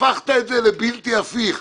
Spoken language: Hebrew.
הפכת את זה לבלתי הפיך,